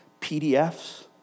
PDFs